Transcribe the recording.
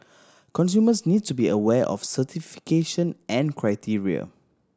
consumers need to be aware of certification and criteria